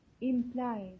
implies